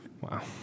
Wow